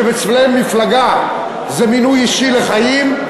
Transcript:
שאצלם מפלגה זה מינוי אישי לחיים,